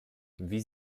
wie